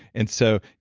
and so,